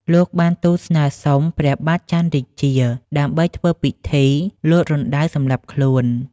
លោកបានទូលស្នើសុំព្រះបាទច័ន្ទរាជា ដើម្បីធ្វើពិធីលោតរណ្ដៅសម្លាប់ខ្លួន។